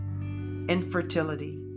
infertility